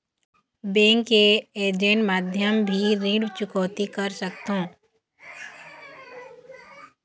Bank के agent माध्यम भी ऋण चुकौती कर सकथों?